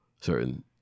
certain